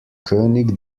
könig